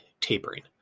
tapering